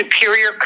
superior